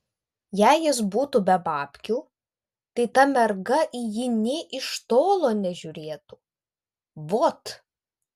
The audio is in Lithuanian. jei jis butų be babkių tai ta merga į jį nė iš tolo nežiūrėtų vot